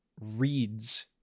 reads